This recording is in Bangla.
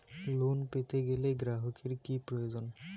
লোন পেতে গেলে গ্রাহকের কি প্রয়োজন?